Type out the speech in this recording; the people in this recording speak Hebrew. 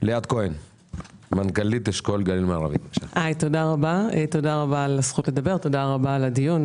תודה רבה על הזכות לדבר, תודה רבה על הדיון.